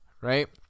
right